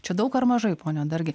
čia daug ar mažai pone dargi